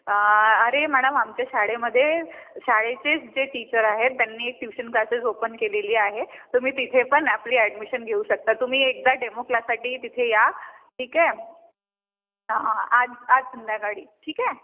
अरे मॅडम आमच्या शाळेमध्ये शाळेचेच जे टीचर आहेत त्यांनी एक ट्यूशन क्लासेस ओपन केलेली आहे तुम्ही तिथे पण आपली ॲडमिशन घेऊ शकता तुम्ही एकदा डेमो क्लासाठी तिथे या ठीक आहे आज आज संध्याकाळी ठीक आहे